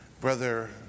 Brother